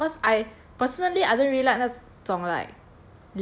original cause I personally I don't really like 那种 like